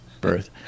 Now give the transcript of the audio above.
birth